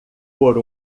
por